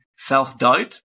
self-doubt